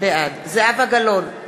בעד זהבה גלאון,